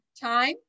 time